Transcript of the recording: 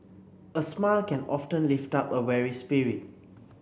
a smile can often lift up a weary spirit